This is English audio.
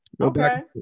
Okay